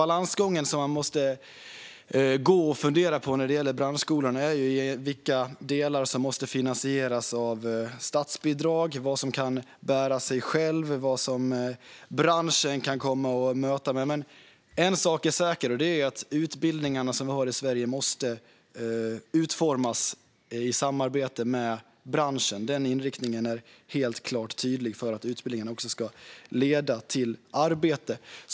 Det är en balansgång man måste gå när det gäller branschskolorna. Man måste fundera på vilka delar som ska finansieras av statsbidrag, vad som kan bära sig självt och vad branschen kan möta med. Men en sak är säker, och det är att utbildningarna som vi har i Sverige måste utformas i samarbete med branschen för att de också ska leda till arbete. Den inriktningen är helt klart tydlig.